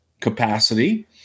capacity